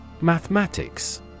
Mathematics